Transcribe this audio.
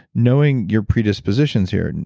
knowing your predispositions here,